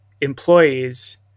employees